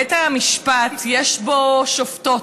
בית המשפט, יש בו שופטות.